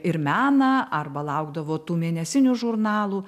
ir meną arba laukdavo tų mėnesinių žurnalų